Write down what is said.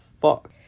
fuck